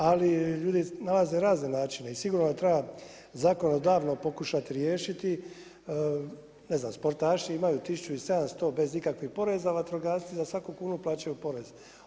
Ali ljudi nalaze razne načine i sigurno da treba zakonodavno pokušat riješiti, ne znam, sportaši imaju 1.700 bez ikakvih poreza, vatrogasci za svaku kunu plaćaju porez.